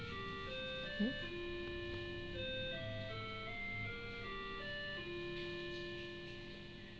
hmm